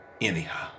anyhow